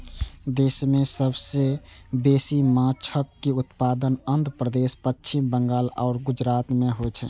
देश मे सबसं बेसी माछक उत्पादन आंध्र प्रदेश, पश्चिम बंगाल आ गुजरात मे होइ छै